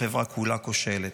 החברה כולה כושלת.